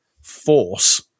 force